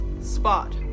spot